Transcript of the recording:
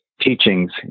teachings